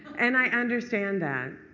and i understand that.